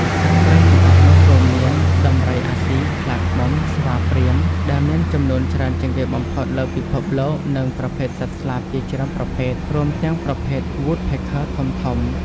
សត្វព្រៃទាំងអស់នោះរួមមាន ដំរីអាស៊ី ខ្លាឃ្មុំ ស្វាព្រាហ្មណ៍ ដែលមានចំនួនច្រើនជាងគេបំផុតលើពិភពលោកនិងប្រភេទសត្វស្លាបជាច្រើនប្រភេទ រួមទាំងប្រភេទ វ៉ូដ ភេក ឃើ Woodpecker ធំៗ។